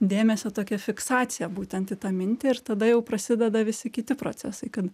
dėmesio tokia fiksacija būtent į tą mintį ir tada jau prasideda visi kiti procesai kad